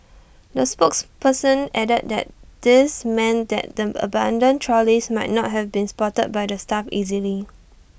the spokesperson added that this meant that the abandoned trolleys might not have been spotted by the staff easily